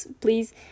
please